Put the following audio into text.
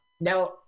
Now